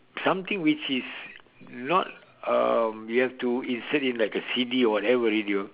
something which is not um you have to insert in a C_D or whatever radio